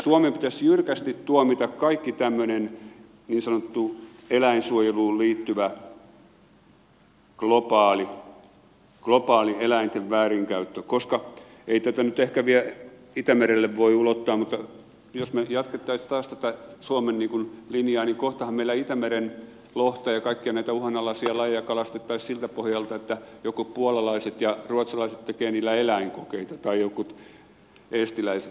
suomen pitäisi jyrkästi tuomita kaikki tämmöinen niin sanottu eläinsuojeluun liittyvä globaali eläinten väärinkäyttö koska ei tätä nyt ehkä vielä itämerelle voi ulottaa mutta jos me jatkaisimme taas tätä suomen linjaa niin kohtahan meillä itämeren lohta ja kaikkia näitä uhanalaisia lajeja kalastettaisiin siltä pohjalta että joko puolalaiset ja ruotsalaiset tekevät niillä eläinkokeita tai jotkut eestiläiset